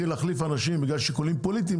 להחליף אנשים בגלל שיקולים פוליטיים,